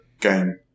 game